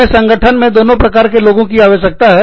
हमें संगठन में दोनों प्रकार के लोगों की आवश्यकता है